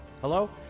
Hello